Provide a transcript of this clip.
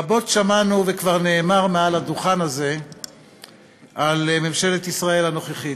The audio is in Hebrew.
רבות שמענו וכבר נאמר מעל הדוכן הזה על ממשלת ישראל הנוכחית,